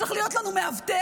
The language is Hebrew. צריך להיות לנו מאבטח,